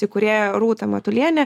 įkūrėją rūtą matulienę